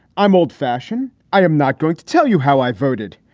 i'm old fashioned. i am not going to tell you how i voted.